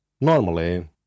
Normally